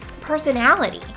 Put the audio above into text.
personality